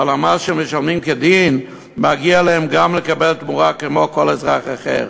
ועל המס שהם משלמים כדין מגיע להם גם לקבל תמורה כמו כל אזרח אחר.